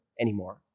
anymore